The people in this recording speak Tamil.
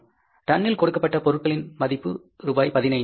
டன் ல் கொடுக்கப்பட்ட பொருட்களின் மதிப்பு ரூபாய் 15000